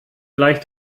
gleich